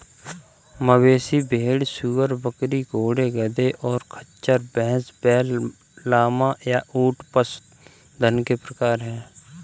मवेशी, भेड़, सूअर, बकरी, घोड़े, गधे, और खच्चर, भैंस, बैल, लामा, या ऊंट पशुधन के प्रकार हैं